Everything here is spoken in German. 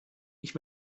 ich